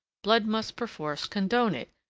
blood must perforce condone it,